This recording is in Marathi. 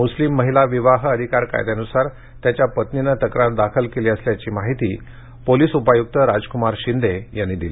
मुस्लीम महिला विवाह अधिकार कायद्यानुसार त्याच्या पत्नीने तक्रार दाखल केली असल्याची माहिती पोलीस उपायुक्त राजक्मार शिंदे यांनी दिली